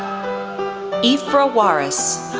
ifrah waris,